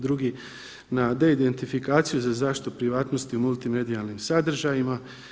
Drugi na d-identifikaciju za zaštitu privatnosti u multimedijalnim sadržajima.